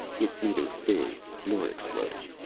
it neither fizzed nor exploded.